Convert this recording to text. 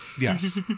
yes